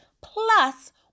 plus